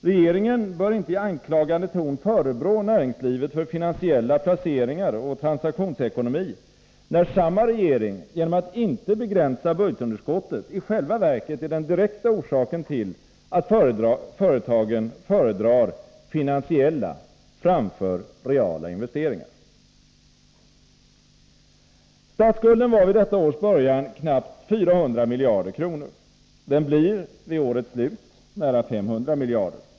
Regeringen bör inte i anklagande ton förebrå näringslivet för finansiella placeringar och transaktionsekonomi, när samma regering genom att inte begränsa budgetunderskottet i själva verket är den direkta orsaken till att företagen föredrar finansiella framför reala investeringar. Statsskulden var vid detta års början knappt 400 miljarder kronor. Den blir vid årets slut nära 500 miljarder.